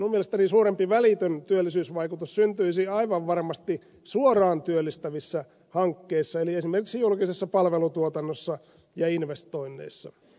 minun mielestäni suurempi välitön työllisyysvaikutus syntyisi aivan varmasti suoraan työllistävissä hankkeissa eli esimerkiksi julkisessa palvelutuotannossa ja investoinneissa